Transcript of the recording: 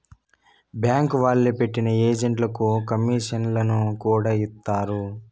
bank వాళ్లే పెట్టిన ఏజెంట్లకు కమీషన్లను కూడా ఇత్తారు